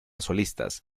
solistas